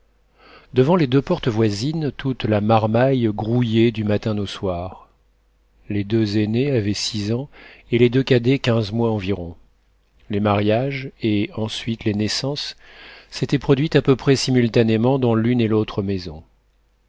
devant les deux portes voisines toute la marmaille grouillait du matin au soir les deux aînés avaient six ans et les deux cadets quinze mois environ les mariages et ensuite les naissances s'étaient produites à peu près simultanément dans l'une et l'autre maison